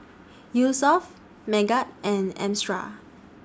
Yusuf Megat and Amsyar